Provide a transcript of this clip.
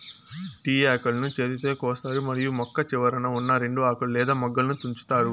tea ఆకులను చేతితో కోస్తారు మరియు మొక్క చివరన ఉన్నా రెండు ఆకులు లేదా మొగ్గలను తుంచుతారు